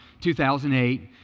2008